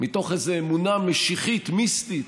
מתוך איזו אמונה משיחית מיסטית